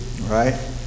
right